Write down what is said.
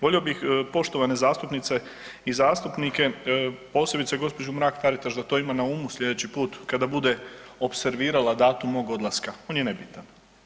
Volio bih poštovane zastupnice i zastupnike, posebno gđu. Mrak-Taritaš da to ima na umu sljedeći put kada bude opservirala datum mog odlaska, on je nebitan.